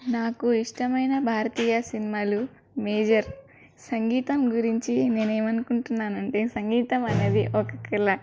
నాకు ఇష్టమైన భారతీయ సినిమాలు మేజర్ సంగీతం గురించి నేను ఏమనుకుంటున్నానంటే సంగీతం అనేది ఒక కళ